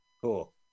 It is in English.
Cool